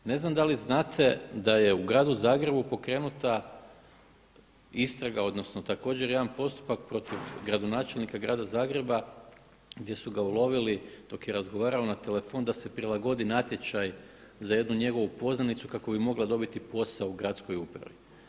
Ne znam da li znate da je u gradu Zagrebu pokrenuta istraga, odnosno također jedan postupak protiv gradonačelnika grada Zagreba gdje su ga ulovili dok je razgovarao na telefon da se prilagodi natječaj za jednu njegovu poznanicu kako bi mogla dobiti posao u gradskoj upravi.